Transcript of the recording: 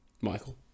Michael